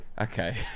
okay